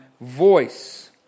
voice